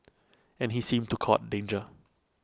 and he seemed to court danger